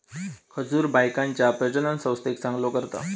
खजूर बायकांच्या प्रजननसंस्थेक चांगलो करता